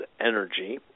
energy